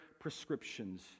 prescriptions